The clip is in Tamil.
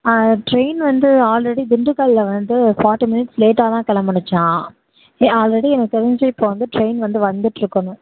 ட்ரெயின் வந்து ஆல்ரெடி திண்டுக்கலில் வந்து ஃபார்ட்டி மினிட்ஸ் லேட்டாக தான் கிளம்புனுச்சான் ஆல்ரெடி எனக்கு தெரிஞ்சு இப்போ வந்து ட்ரெயின் வந்து வந்துட்யிருக்கணும்